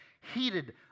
heated